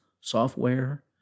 software